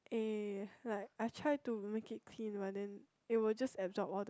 eh like I try to make it thin but then it would just absorb all the